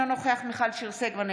אינו נוכח מיכל שיר סגמן,